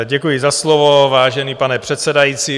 Děkuji za slovo, vážený pane předsedající.